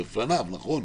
בפניו, נכון?